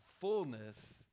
fullness